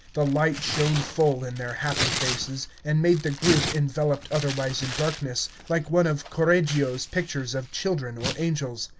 the light shone full in their happy faces, and made the group, enveloped otherwise in darkness, like one of correggio's pictures of children or angels.